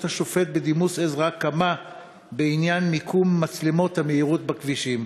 השופט בדימוס עזרא קמא בעניין מיקום מצלמות המהירות בכבישים,